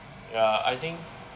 ya I think